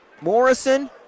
Morrison